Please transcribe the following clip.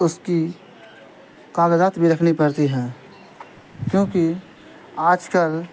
اس کی کاغذات بھی رکھنی پڑتی ہیں کیونکہ آج کل